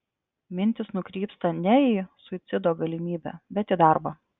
mintys nukrypsta ne į suicido galimybę bet į darbą